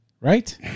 Right